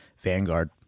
Vanguard